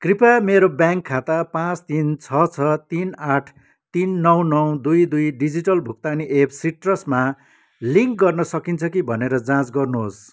कृपया मेरो ब्याङ्क खाता पाँच तिन छ छ तिन आठ तिन नौ नौ दुई दुई डिजिटल भुक्तानी एप सिट्रसमा लिङ्क गर्न सकिन्छ कि भनेर जाँच गर्नुहोस्